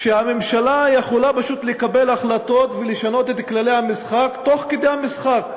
שהממשלה יכולה פשוט לקבל החלטות ולשנות את כללי המשחק תוך כדי המשחק,